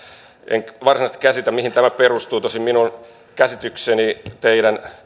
en varsinaisesti käsitä mihin tämä perustuu tosin minun käsitykseni teidän